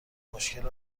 مشکل